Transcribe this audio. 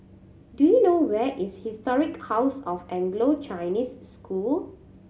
do you know where is Historic House of Anglo Chinese School